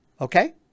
Okay